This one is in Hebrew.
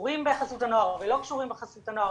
שקשורים בחסות הנוער ולא קשורים בחסות הנוער,